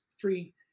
free